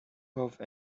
have